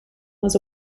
was